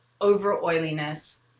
over-oiliness